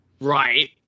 Right